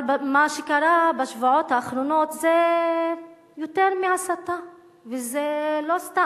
אבל מה שקרה בשבועות האחרונים זה יותר מהסתה וזה לא סתם.